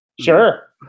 Sure